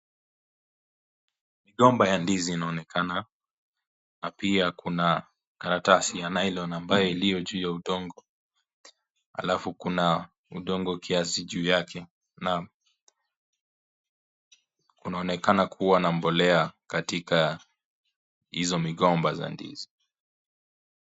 Gomba ya ndizi inaonekana na pia kuna karatasi ya (CS)nylon(CS) ambaye uliyo juu ya udongo. Halafu kuna udongo kiasi juu yake, na kunaonekana kuwa na mbolea katika izo migomba ya ndizi.